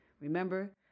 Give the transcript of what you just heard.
Remember